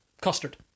Custard